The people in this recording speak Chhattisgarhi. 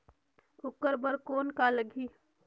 ओकर बर कौन का लगी?